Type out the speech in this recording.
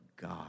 God